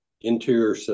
interior